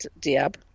Diab